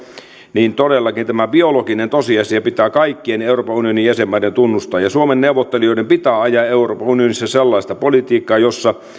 niin todellakin tämä biologinen tosiasia pitää kaikkien euroopan unionin jäsenmaiden tunnustaa ja suomen neuvottelijoiden pitää ajaa euroopan unionissa sellaista politiikkaa jossa